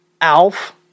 Alf